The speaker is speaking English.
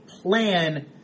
plan